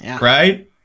right